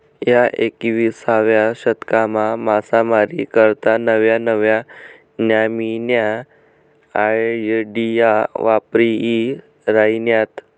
ह्या एकविसावा शतकमा मासामारी करता नव्या नव्या न्यामीन्या आयडिया वापरायी राहिन्यात